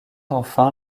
enfin